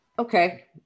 Okay